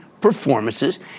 performances